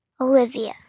Olivia